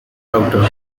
router